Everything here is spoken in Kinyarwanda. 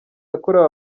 yakorewe